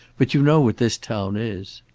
but you know what this town is.